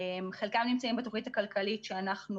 חלקם נמצאים בתוכנית הכלכלית שאנחנו